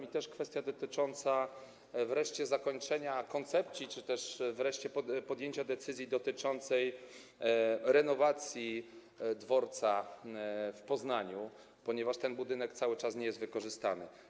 Jest też kwestia wreszcie zakończenia koncepcji czy też wreszcie podjęcia decyzji dotyczącej renowacji dworca w Poznaniu, ponieważ ten budynek cały czas nie jest wykorzystany.